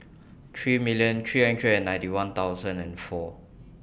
three million three hundred and ninety one thousand and four